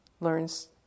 learns